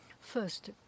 First